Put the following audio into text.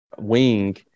wing